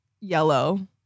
yellow